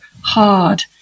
hard